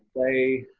say.